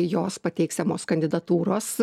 jos pateiksiamos kandidatūros